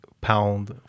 pound